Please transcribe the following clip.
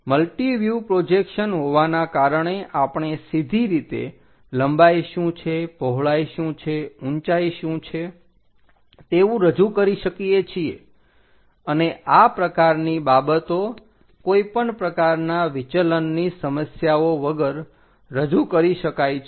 તો multiview projection હોવાના કારણે આપણે સીધી રીતે લંબાઈ શું છે પહોળાઈ શું છે ઊંચાઈ શું છે તેવું રજુ કરી શકીએ છીએ અને આ પ્રકારની બાબતો કોઈપણ પ્રકારના વિચલનની સમસ્યાઓ વગર રજૂ કરી શકાય છે